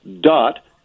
dot